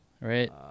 Right